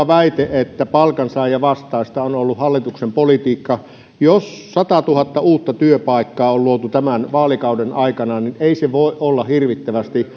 väite että palkansaajavastaista on ollut hallituksen politiikka jos satatuhatta uutta työpaikkaa on luotu tämän vaalikauden aikana niin ei se voi olla hirvittävästi